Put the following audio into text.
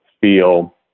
feel